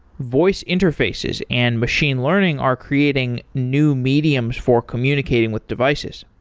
voice interfaces and machine learning are creating new mediums for communicating with devices.